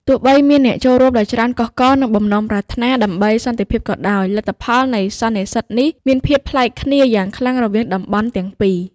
ទោះបីជាមានអ្នកចូលរួមដ៏ច្រើនកុះករ និងបំណងប្រាថ្នាដើម្បីសន្តិភាពក៏ដោយ លទ្ធផលនៃសន្និសីទនេះមានភាពខុសប្លែកគ្នាយ៉ាងខ្លាំងរវាងតំបន់ទាំងពីរ។